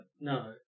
No